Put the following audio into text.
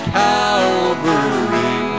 calvary